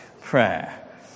prayer